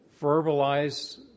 verbalize